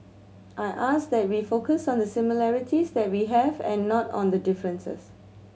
I ask that we focus on the similarities that we have and not on the differences